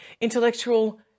intellectual